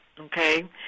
okay